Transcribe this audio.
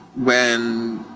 when